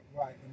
right